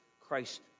Christ